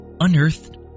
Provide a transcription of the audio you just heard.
unearthed